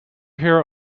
here